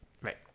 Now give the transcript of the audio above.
Right